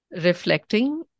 reflecting